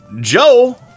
Joe